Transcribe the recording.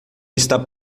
está